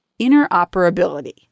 interoperability